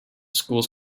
school